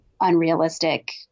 unrealistic